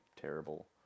terrible